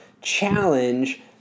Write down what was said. challenge